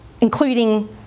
including